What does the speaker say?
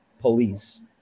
police